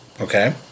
Okay